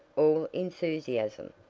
all enthusiasm.